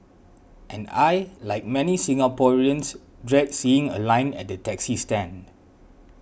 and I like many Singaporeans dread seeing a line at the taxi stand